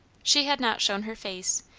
she had not shown her face,